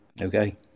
Okay